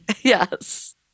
Yes